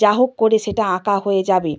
যা হোক করে সেটা আঁকা হয়ে যাবে